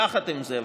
יחד עם זה,